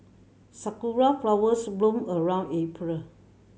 sakura flowers bloom around April